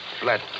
flat